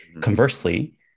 Conversely